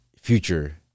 future